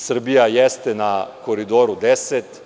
Srbija jeste na Koridoru 10.